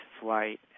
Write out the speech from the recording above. flight